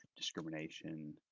discrimination